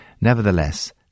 Nevertheless